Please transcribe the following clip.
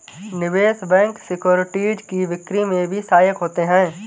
निवेश bank securities की बिक्री में भी सहायक होते हैं